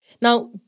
Now